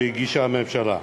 שהגישה הממשלה.